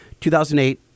2008